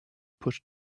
pushed